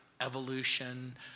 evolution